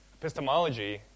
Epistemology